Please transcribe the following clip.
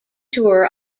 tour